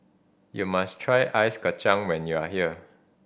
you must try Ice Kachang when you are here